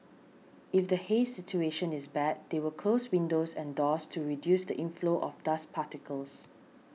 if the haze situation is bad they will close windows and doors to reduce the inflow of dust particles